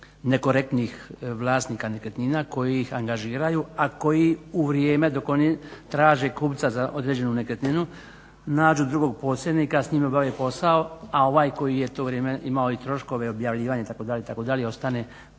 nekorektnih vlasnika nekretnina koji ih angažiraju, a koji u vrijeme dok oni traže kupca za određenu nekretninu nađu drugog posrednika, s njim obave posao, a ovaj koji je to vrijeme imao i troškove objavljivanja itd., itd., ostane